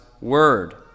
word